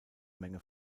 menge